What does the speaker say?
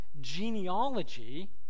genealogy